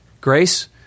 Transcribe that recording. grace